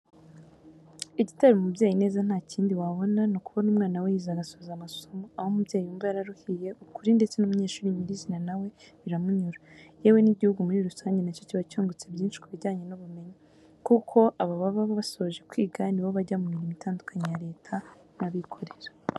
Igitera umubyeyi ineza nta kindi wabona, ni ukubona umwana we yize agasoza amasomo, aho umubyeyi yumva yararuhiye ukuri ndetse n'umunyeshuri nyirizina na we biramunyura. Yewe n'igihugu muri rusange na cyo kiba cyungutse byinshi ku bijyanye n'ubumenyi, kuko aba baba bashoje kwiga ni bo bajya mu mirimo itandukanye ya leta n'abikorera.